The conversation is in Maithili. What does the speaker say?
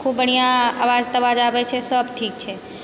अऽ खूब बढ़िआँ आवाज तावाज आबै छै सब ठीक छै